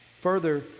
Further